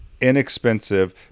inexpensive